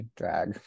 drag